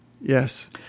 Yes